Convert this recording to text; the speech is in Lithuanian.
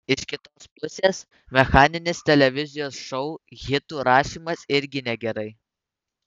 iš kitos pusės mechaninis televizijos šou hitų rašymas irgi negerai